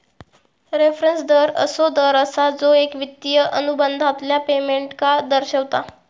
reference दर असो दर असा जो एक वित्तिय अनुबंधातल्या पेमेंटका दर्शवता